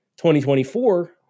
2024